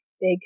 big